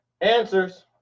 answers